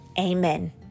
Amen